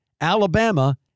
Alabama